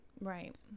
right